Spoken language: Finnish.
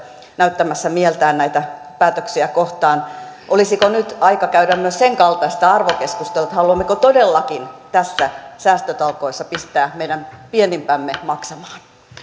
näyttämässä mieltään näitä päätöksiä kohtaan olisiko nyt aika käydä myös senkaltaista arvokeskustelua haluammeko todellakin näissä säästötalkoissa pistää meidän pienimpämme maksamaan